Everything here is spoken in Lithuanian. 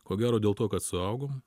ko gero dėl to kad suaugom